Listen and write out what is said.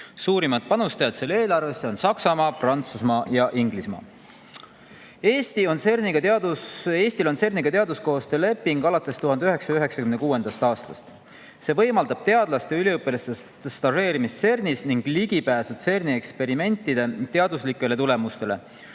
Suurimad selle eelarvesse panustajad on Saksamaa, Prantsusmaa ja Inglismaa. Eestil on CERN‑iga teaduskoostööleping alates 1996. aastast. See võimaldab teadlaste ja üliõpilaste stažeerimist CERN‑is ning ligipääsu CERN‑i eksperimentide teaduslikele tulemustele,